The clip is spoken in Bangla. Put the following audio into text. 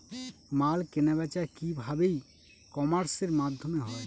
মাল কেনাবেচা কি ভাবে ই কমার্সের মাধ্যমে হয়?